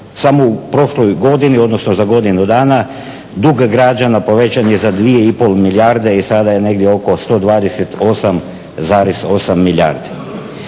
Samo u prošloj godini, odnosno za godinu dana dug građana povećan je za 2 i pol milijarde i sada je negdje oko 128,8 milijardi.